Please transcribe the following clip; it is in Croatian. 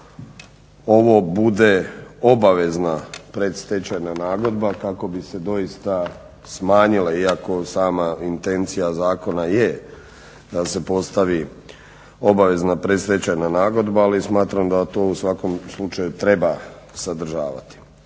ovo bude obavezna predstečajna nagodba kako bi se doista smanjile iako sama intencija zakona je da se postavi obavezna predstečajna nagodba, ali smatram da to u svakom slučaju treba sadržavati.